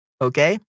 Okay